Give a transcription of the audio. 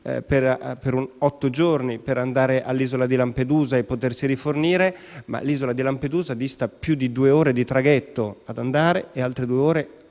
per otto giorni per andare all'isola di Lampedusa e potersi rifornire, ma l'isola di Lampedusa dista più di due ore di traghetto all'andata e altre due ore